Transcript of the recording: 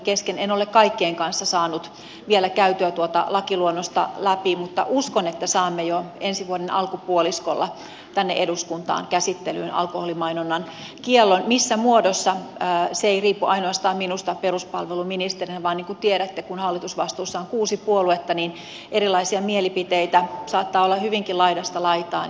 en ole kaikkien kanssa saanut vielä käytyä tuota lakiluonnosta läpi mutta uskon että saamme jo ensi vuoden alkupuoliskolla tänne eduskuntaan käsittelyyn alkoholimainonnan kiellon missä muodossa se ei riipu ainostaan minusta peruspalveluministerinä vaan niin kuin tiedätte kun hallitusvastuussa on kuusi puoluetta erilaisia mielipiteitä saattaa olla hyvinkin laidasta laitaan